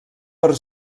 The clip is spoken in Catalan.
per